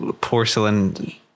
porcelain